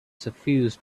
suffused